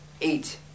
eight